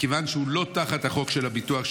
מכיוון שהוא לא תחת החוק של הביטוח,